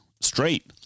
straight